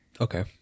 okay